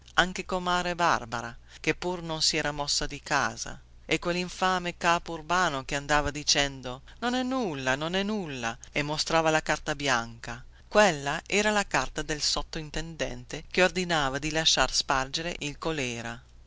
anche comare barbara che pur non si era mossa di casa e quellinfame capo urbano che andava dicendo non è nulla non è nulla e mostrava la carta bianca quella era la carta del sotto intendente che ordinava di lasciar spargere il colèra